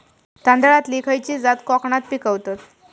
तांदलतली खयची जात कोकणात पिकवतत?